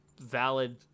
valid